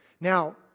Now